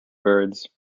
birds